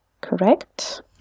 correct